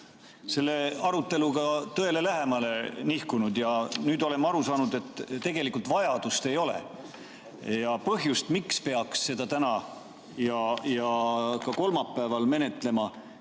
selle aruteluga tõele lähemale nihkunud. Nüüd oleme aru saanud, et tegelikult vajadust ei ole ja ka põhjust, miks peaks seda täna ja kolmapäeval menetlema,